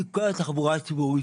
עם כל התחבורה הציבורית.